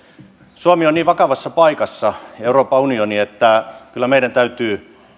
suomi ja euroopan unioni ovat niin vakavassa paikassa että kyllä meidän täytyisi